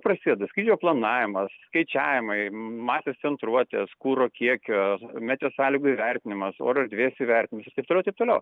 prasideda skrydžio planavimas skaičiavimai masės centruotės kuro kiekio meteo sąlygų įvertinimas oro erdvės įvertinimas ir taip toliau taip toliau